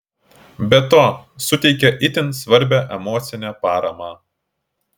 be to suteikia itin svarbią emocinę paramą